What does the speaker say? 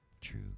True